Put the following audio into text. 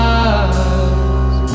eyes